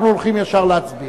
אנחנו הולכים ישר להצביע.